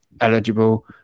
eligible